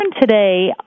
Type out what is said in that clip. today